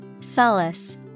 Solace